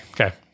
Okay